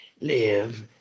live